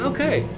Okay